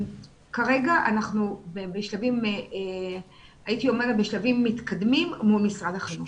כרגע הייתי אומרת שאנחנו בשלבים מתקדמים מול משרד החינוך.